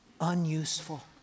unuseful